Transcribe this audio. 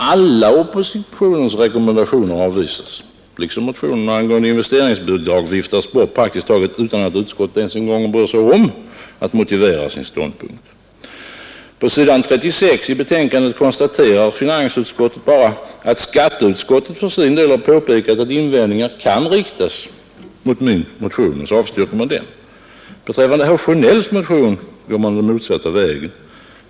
Alla oppositionens rekommendationer avvisas, liksom motionerna angående investeringsbidrag viftas bort praktiskt taget utan att utskottet ens bryr sig om att motivera sin ståndpunkt. På s. 36 i betänkandet konstaterar sålunda finansutskottet bara att skatteutskottet för sin del påpekat att invändningar kan riktas mot min motion, varför den avstyrkes. Beträffande herr Sjönells motion går man den motsatta vägen.